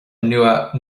nua